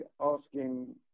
asking